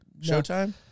Showtime